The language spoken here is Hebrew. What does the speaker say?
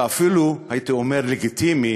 ואפילו, הייתי אומר, לגיטימי,